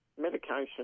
medication